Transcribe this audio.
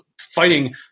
fighting